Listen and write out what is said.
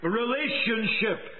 relationship